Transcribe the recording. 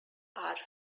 are